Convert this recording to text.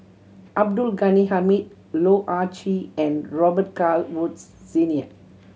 Abdul Ghani Hamid Loh Ah Chee and Robet Carr Woods Senior